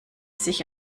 sich